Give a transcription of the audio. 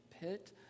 pit